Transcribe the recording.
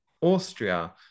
Austria